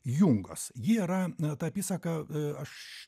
jungos ji yra ta apysaka aš